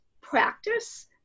practice